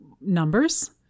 numbers